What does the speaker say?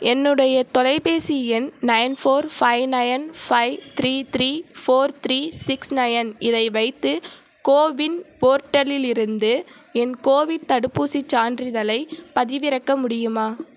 என்னுடைய தொலைபேசி எண் nine four five nine five three three four three six nine இதை வைத்து கோவின் போர்ட்டலிலிருந்து என் கோவிட் தடுப்பூசி சான்றிதழை பதிவிறக்க முடியுமா